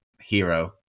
hero